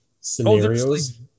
scenarios